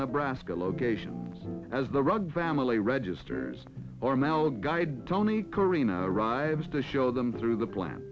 nebraska location as the rug family registers or mel guide tony corrina arrives to show them through the plan